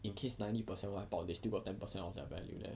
in case ninety percent wipeout they still got ten percent of their value left